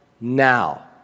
now